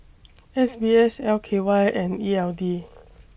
S B S L K Y and E L D